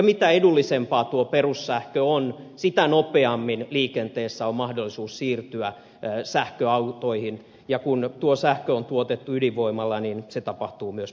mitä edullisempaa tuo perussähkö on sitä nopeammin liikenteessä on mahdollisuus siirtyä sähköautoihin ja kun tuo sähkö on tuotettu ydinvoimalla niin se tapahtuu myös puhtaasti